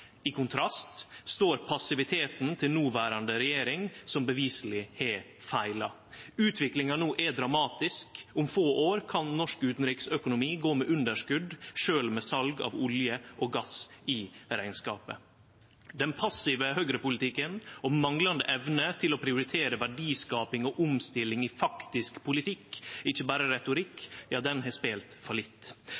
I kontrast står passiviteten til noverande regjering, som beviseleg har feila. Utviklinga no er dramatisk. Om få år kan norsk utanriksøkonomi gå med underskot sjølv med sal av olje og gass i rekneskapen. Den passive høgrepolitikken og den manglande evna til å prioritere verdiskaping og omstilling i faktisk politikk, ikkje berre retorikk,